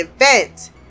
event